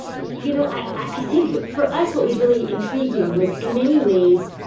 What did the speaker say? you know, i think, for us, what was really intriguing was, in many ways,